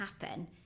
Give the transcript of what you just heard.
happen